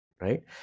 Right